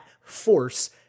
force